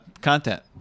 content